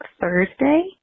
Thursday